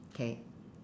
K